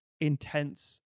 intense